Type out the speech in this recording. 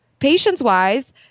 Patience-wise